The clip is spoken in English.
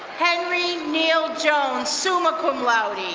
henry neil jones, summa cum laude